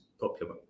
popular